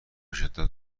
شدت